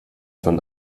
von